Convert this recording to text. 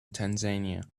tanzania